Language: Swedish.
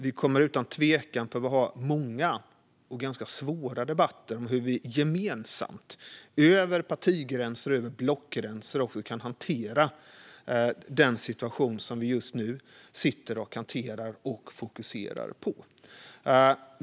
Vi kommer utan tvekan att behöva ha många och ganska svåra debatter om hur vi gemensamt över parti och blockgränserna kan hantera den situation som vi nu fokuserar på.